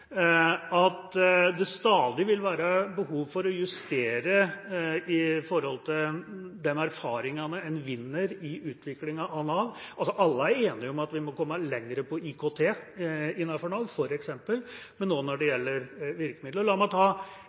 at det stadig vil være behov for å justere i forhold til de erfaringene man vinner i utviklingen av Nav. Når det gjelder virkemidler, er alle enige om at vi må komme lenger på IKT innenfor Nav, f.eks. La meg ta et eksempel ut fra de erfaringene jeg selv har gjort meg: